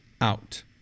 out